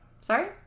Sorry